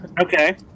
Okay